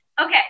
Okay